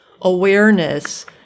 awareness